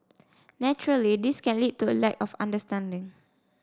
naturally this can lead to a lack of understanding